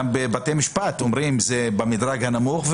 גם בבתי המשפט אומרים אם זה במדרג הנמוך.